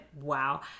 wow